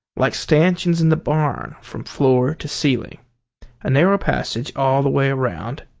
like stanchions in the barn, from floor to ceiling a narrow passage all the way around.